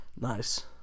Nice